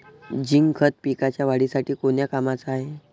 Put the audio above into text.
Zinc खत पिकाच्या वाढीसाठी कोन्या कामाचं हाये?